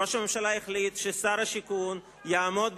ראש הממשלה החליט ששר השיכון יעמוד בראשו,